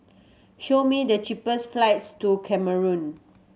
show me the cheapest flights to Cameroon